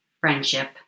friendship